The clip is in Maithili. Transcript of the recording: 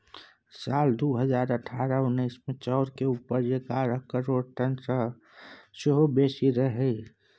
साल दु हजार अठारह उन्नैस मे चाउर केर उपज एगारह करोड़ टन सँ सेहो बेसी रहइ